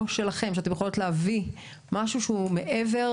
או אם תוכלו להביא משהו שהוא מעבר